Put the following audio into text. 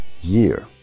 year